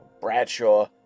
Bradshaw